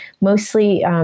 mostly